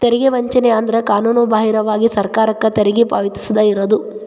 ತೆರಿಗೆ ವಂಚನೆ ಅಂದ್ರ ಕಾನೂನುಬಾಹಿರವಾಗಿ ಸರ್ಕಾರಕ್ಕ ತೆರಿಗಿ ಪಾವತಿಸದ ಇರುದು